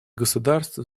государств